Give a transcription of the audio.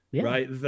right